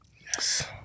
Yes